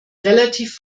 relativ